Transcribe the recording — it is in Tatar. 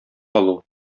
калу